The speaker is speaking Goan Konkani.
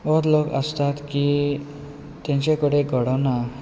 होच लोक आसतात की तांचे कडेन घडना